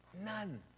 None